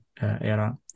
era